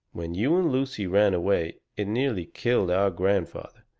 when you and lucy ran away it nearly killed our grandfather.